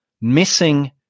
missing